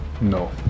No